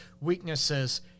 weaknesses